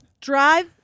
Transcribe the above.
Drive